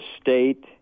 state